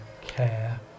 care